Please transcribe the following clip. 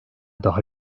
daha